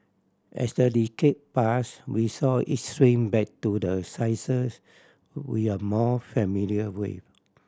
as the decade pass we saw it shrink back to the sizes we are more familiar with